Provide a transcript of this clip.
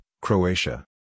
Croatia